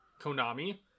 konami